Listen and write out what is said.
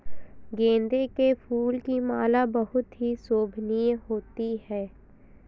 गेंदे के फूल की माला बहुत ही शोभनीय होती है